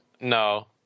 No